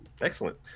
Excellent